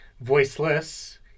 voiceless